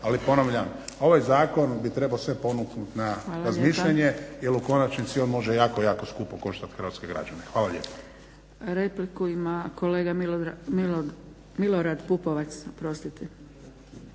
ali ponavljam ovaj zakon ti trebao sve ponuknut na razmišljanje jer u konačnici on može jako, jako, skupo koštat hrvatske građane. Hvala lijepo.